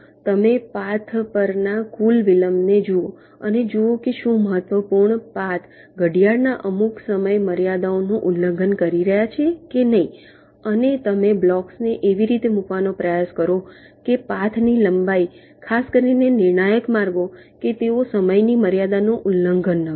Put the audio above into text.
તમે પાથ પરના કુલ વિલંબને જુઓ અને જુઓ કે શું મહત્વપૂર્ણ પાથ ઘડિયાળના અમુક સમય મર્યાદાઓનું ઉલ્લંઘન કરી રહ્યા છે કે નહીં અને તમે બ્લોક્સને એવી રીતે મૂકવાનો પ્રયાસ કરો કે પાથની લંબાઈ ખાસ કરીને નિર્ણાયક માર્ગો કે તેઓ સમયની મર્યાદાનું ઉલ્લંઘન ન કરે